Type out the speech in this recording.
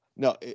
no